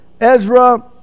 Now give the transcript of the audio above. Ezra